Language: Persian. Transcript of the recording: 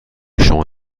شما